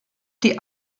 die